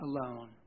alone